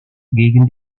gegen